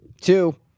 Two